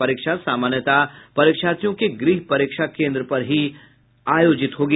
परीक्षा सामान्यतः परीक्षार्थियों के गृह परीक्षा केन्द्र पर ही आयोजित होगी